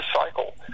cycle